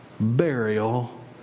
burial